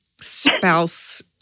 spouse